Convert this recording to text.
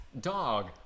dog